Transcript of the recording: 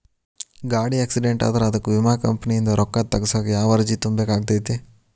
ಗಾಡಿ ಆಕ್ಸಿಡೆಂಟ್ ಆದ್ರ ಅದಕ ವಿಮಾ ಕಂಪನಿಯಿಂದ್ ರೊಕ್ಕಾ ತಗಸಾಕ್ ಯಾವ ಅರ್ಜಿ ತುಂಬೇಕ ಆಗತೈತಿ?